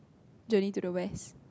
journey-to-the-West